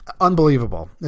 unbelievable